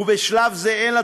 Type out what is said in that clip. ובשלב זה אין לה